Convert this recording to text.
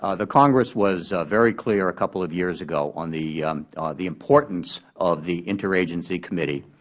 ah the congress was very clear a couple of years ago on the the importance of the interagency committee,